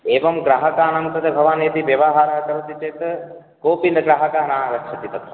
एवं ग्राहकाणां कृते भावान् यदि व्यवहारः करोति चेत् कोऽपि न ग्राहकः नागच्छति तत्र